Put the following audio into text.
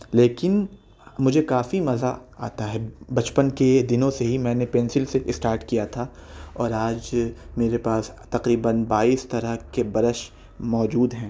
لیکن مجھے کافی مزا آتا ہے بچپن کے دنوں سے ہی میں نے پنسل سے اسٹارٹ کیا تھا اور آج میرے پاس تقریباً بائیس طرح کے برش موجود ہیں